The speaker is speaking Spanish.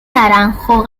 naranjo